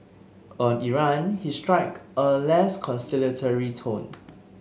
on Iran he struck a less conciliatory tone